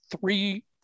three